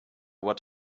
what